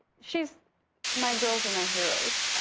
she's my girls are my heroes.